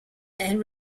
and